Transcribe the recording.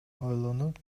ойлонуп